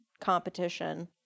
competition